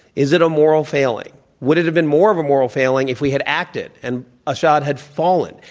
is it a moral failing? would it have been more of a moral failing if we had acted and assad had fallen,